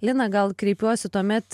lina gal kreipiuosi tuomet